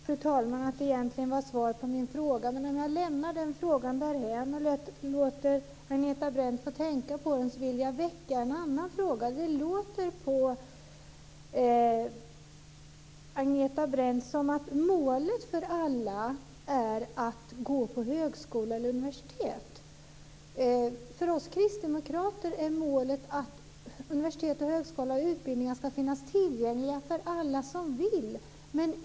Fru talman! Jag känner egentligen inte att det var svar på min fråga. Jag lämnar den frågan därhän och låter Agneta Brendt få tänka på den. Jag vill väcka en annan fråga. Det låter på Agneta Brendt som om målet för alla är att gå på högskola eller universitet. För oss kristdemokrater är målet att universitet, högskola och utbildningar skall finnas tillgängliga för alla som vill.